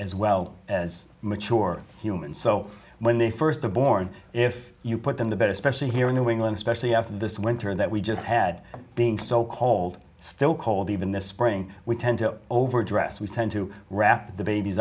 as well as mature humans so when they first born if you put them the better especially here in new england especially after this winter that we just had being so cold still cold even this spring we tend to overdress we tend to wrap the babies